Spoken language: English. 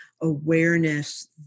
awareness